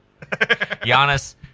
Giannis